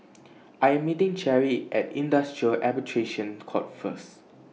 I Am meeting Cherry At Industrial Arbitration Court First